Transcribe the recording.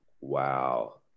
Wow